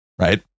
Right